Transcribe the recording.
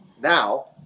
now